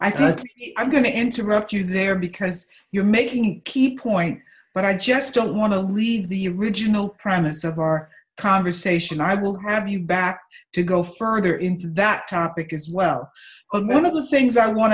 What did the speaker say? think i'm going to interrupt you there because you're making key point but i just don't want to leave the original premise of our conversation i will have you back to go further into that topic as well i'm in other things i want